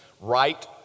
right